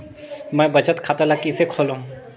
मैं बचत खाता ल किसे खोलूं?